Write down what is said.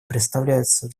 представляются